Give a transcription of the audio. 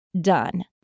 done